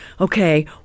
Okay